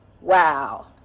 Wow